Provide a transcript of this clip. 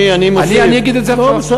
מודה ועוזב.